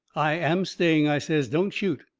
i am staying, i says, don't shoot.